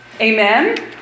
Amen